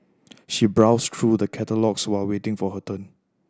she browsed through the catalogues while waiting for her turn